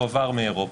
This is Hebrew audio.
הועבר מאירופה.